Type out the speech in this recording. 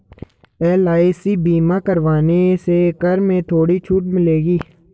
LIC बीमा करवाने से कर में थोड़ी छूट मिलेगी